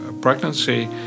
pregnancy